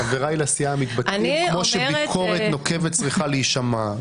חבריי לסיעה מתבטאים כפי שביקורת נוקבת צריכה להישמע.